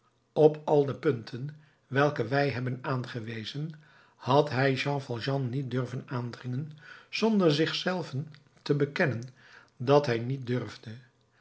op al de punten welke wij hebben aangewezen had hij bij jean valjean niet durven aandringen zonder zich zelven te bekennen dat hij niet durfde